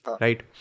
right